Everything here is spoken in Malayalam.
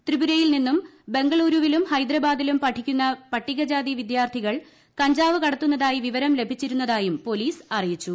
ത്രിപുരയിൽ നിന്നും ബംഗളുരുവിലും ഹൈദ്രാബാദിലും പഠിക്കുന്ന പട്ടികജാതി വിദ്യാർത്ഥികൾ കഞ്ചാവ് കടത്തുന്നതായി വിവരം ലഭിച്ചിരുന്നതായും പോലീസ് അറിയിച്ചു